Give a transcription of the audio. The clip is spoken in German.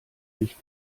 nicht